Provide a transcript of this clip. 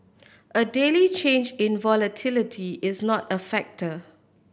a daily change in volatility is not a factor